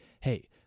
hey